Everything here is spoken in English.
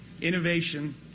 innovation